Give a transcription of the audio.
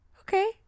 Okay